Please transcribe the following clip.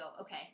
okay